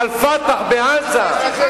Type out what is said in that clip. את "אל-פתח" בעזה.